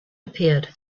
appeared